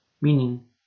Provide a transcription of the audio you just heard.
meaning